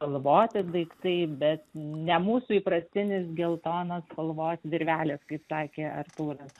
spalvoti daiktai bet ne mūsų įprastinis geltonos spalvos virvelės kaip sakė artūras